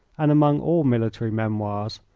and among all military memoirs,